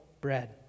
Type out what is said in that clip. bread